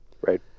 right